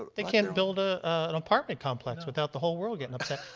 um they can't build ah an apartment complex without the whole world getting upset.